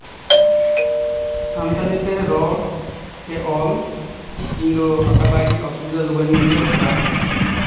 ᱥᱟᱱᱛᱟᱲᱤ ᱛᱮ ᱨᱚᱲ ᱥᱮ ᱚᱞ ᱤᱧ ᱫᱚ ᱟᱠᱟᱴᱟᱜ ᱜᱮ ᱚᱥᱩᱵᱤᱫᱷᱟ ᱵᱟᱹᱧ ᱵᱩᱡᱷᱟᱹᱣ ᱟᱠᱟᱫᱟ